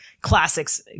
classics